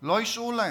לא אישרו להם.